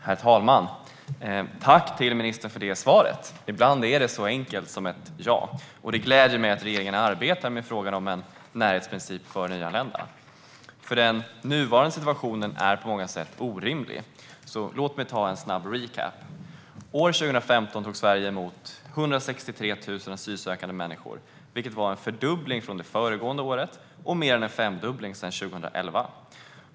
Herr talman! Tack till ministern för svaret! Ibland är det så enkelt som ett ja. Det gläder mig att regeringen arbetar med frågan om en närhetsprincip för nyanlända, för nuvarande situation är på många sätt orimlig. Låt mig göra en snabb recap. År 2015 tog Sverige emot 163 000 asylsökande människor, vilket var en fördubbling från det föregående året och mer än en femdubbling sedan 2011.